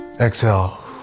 Exhale